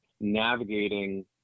navigating